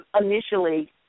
initially